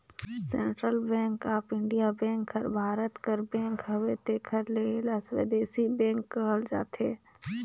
central bank of India bank हर भारत कर bank हवे तेकर ले एला स्वदेसी बेंक कहल जाथे